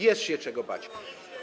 Jest się czego bać.